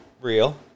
real